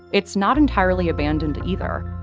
it's not entirely abandoned either.